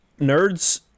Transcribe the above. nerds